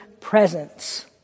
presence